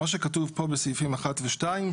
מה שכתוב םה בסעיפים 1 ו-2,